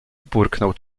burknął